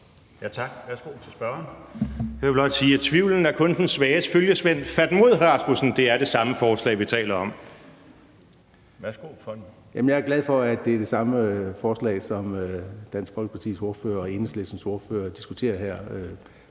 Jeg er glad for, at det er det samme forslag, som Dansk Folkepartis ordfører og Enhedslistens ordfører diskuterer her